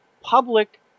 public